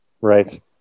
Right